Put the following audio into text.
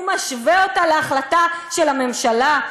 להחלטה של הממשלה?